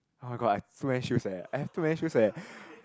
oh-my-god I have too many shoes eh I have too many shoes eh